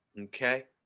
Okay